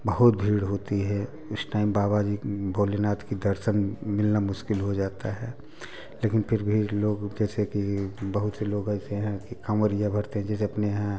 बहुत भीड़ होती है इस टाइम बाबा जी भोलेनाथ के दर्शन मिलना मुस्किल हो जाता है लेकिन फिर भी लोग जैसे कि बहुत से लोग ऐसे हैं कि काँवड़िया भरते हैं जैसे अपने यहाँ